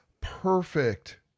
perfect